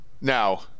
now